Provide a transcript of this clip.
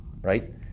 right